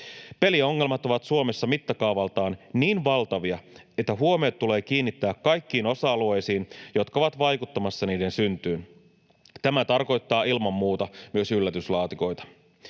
Peliongelmat ovat Suomessa mittakaavaltaan niin valtavia, että huomiota tulee kiinnittää kaikkiin osa-alueisiin, jotka ovat vaikuttamassa niiden syntyyn. Tämä tarkoittaa ilman muuta myös yllätyslaatikoita.